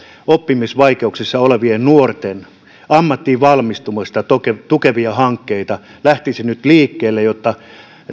oppimisvaikeuksissa olevien nuorten ammattiin valmistumista tukevia hankkeita lähtisi nyt liikkeelle jotta